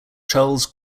charles